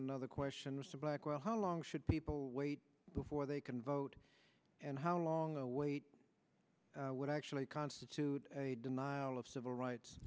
another question mr blackwell how long should people wait before they can vote and how long a wait what actually constitutes a denial of civil rights